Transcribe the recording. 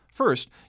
First